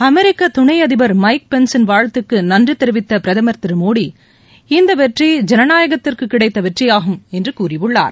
அமெரிக்க துணை அதிபர் மைக் பென்சின் வாழ்த்துக்கு நன்றி தெரிவித்த பிரதமர் திரு மோடி இந்த வெற்றி ஜனநாயகத்திற்கு கிடைத்த வெற்றியாகும் என்று கூறியுள்ளார்